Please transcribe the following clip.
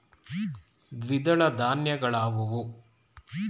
ದ್ವಿದಳ ಧಾನ್ಯಗಳಾವುವು?